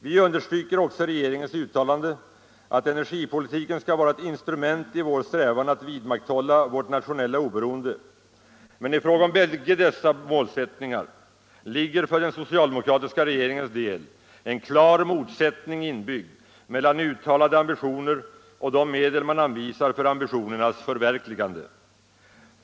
Vi understryker också regeringens uttalande att energipolitiken skall vara ett instrument i vår strävan att vidmakthålla vårt nationella oberoende, men i fråga om bägge dessa målsättningar ligger för den socialdemokratiska regeringens del en klar motsättning inbyggd mellan uttalade ambitioner och de medel man anvisar för ambitionernas förverkligande.